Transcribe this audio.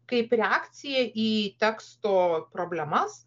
kaip reakcija į teksto problemas